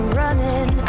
running